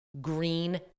green